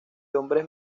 hombres